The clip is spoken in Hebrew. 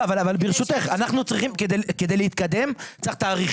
לא, אבל ברשותך, אנחנו צריכים כדי להתקדם תאריכים.